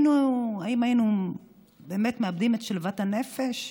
האם היינו מאבדים את שלוות הנפש?